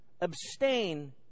abstain